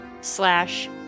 slash